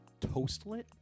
Toastlet